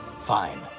Fine